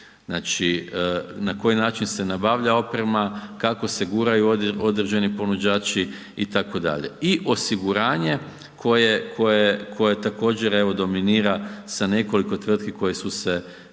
Znači na koji način se nabavlja oprema, kako se guraju određeni ponuđači itd. i osiguranje koje također evo dominira sa nekoliko tvrtki koje su se